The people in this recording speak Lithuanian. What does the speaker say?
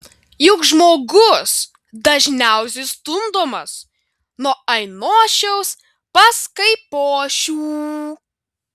juk žmogus dažniausiai stumdomas nuo ainošiaus pas kaipošių